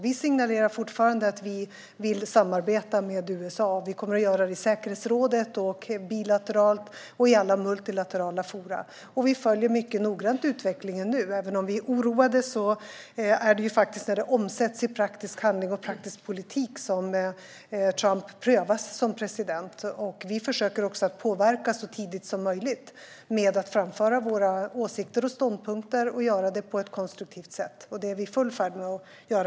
Vi signalerar fortfarande att vi vill samarbeta med USA. Vi kommer att göra det i säkerhetsrådet, och vi kommer att göra det bilateralt och i alla multilaterala forum. Vi följer noga utvecklingen. Även om vi är oroade är det först när det omsätts i praktisk handling och praktisk politik som Trump prövas som president. Vi försöker också att påverka så tidigt som möjligt genom att framföra våra åsikter och ståndpunkter på ett konstruktivt sätt. Det är vi just nu i full färd med att göra.